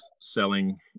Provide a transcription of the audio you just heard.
selling